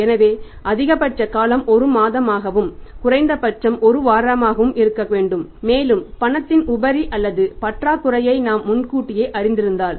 எனவே அதிகபட்ச காலம் 1 மாதமாகவும் குறைந்தபட்சம் 1 வாரமாகவும் இருக்கக்கூடும் மேலும் பணத்தின் உபரி அல்லது பற்றாக்குறையை நாம் முன்கூட்டியே அறிந்திருந்தால்